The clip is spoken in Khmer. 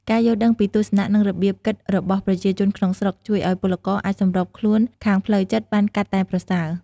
ការយល់ដឹងពីទស្សនៈ និងរបៀបគិតរបស់ប្រជាជនក្នុងស្រុក ជួយឱ្យពលករអាចសម្របខ្លួនខាងផ្លូវចិត្តបានកាន់តែប្រសើរ។